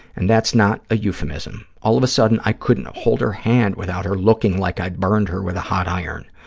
and that's not a euphemism. all of a sudden, i couldn't hold her hand without her looking like i burned her with a hot iron.